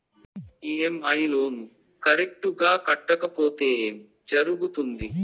EMI loan correct గా కట్టకపోతే ఏం జరుగుతుంది